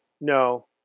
no